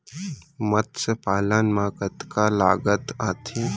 मतस्य पालन मा कतका लागत आथे?